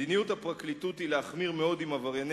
מדיניות הפרקליטות היא להחמיר מאוד עם עברייני